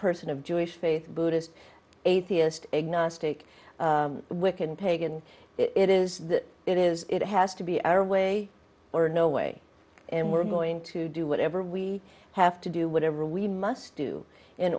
person of jewish faith buddhist atheist agnostic wiccan pagan it is that it is it has to be our way or no way and we're going to do whatever we have to do whatever we must do in